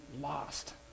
lost